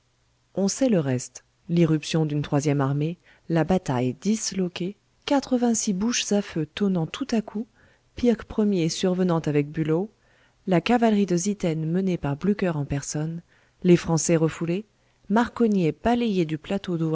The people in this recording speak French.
on sait le reste l'irruption d'une troisième armée la bataille disloquée quatre-vingt-six bouches à feu tonnant tout à coup pirch ier survenant avec bülow la cavalerie de zieten menée par blücher en personne les français refoulés marcognet balayé du plateau